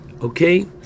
okay